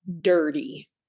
dirty